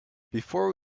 before